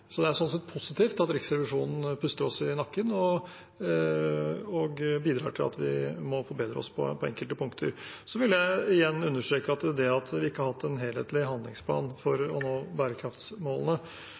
Det er sånn sett positivt at Riksrevisjonen puster oss i nakken og bidrar til at vi må forbedre oss på enkelte punkter. Jeg vil igjen understreke at det at vi ikke har hatt en helhetlig handlingsplan for